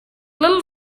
little